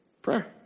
Prayer